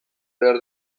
behar